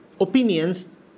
opinions